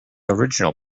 original